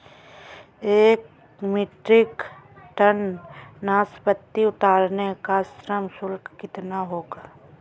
एक metric tonne नाशपाती उतारने का श्रम शुल्क कितना होगा?